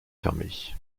fermée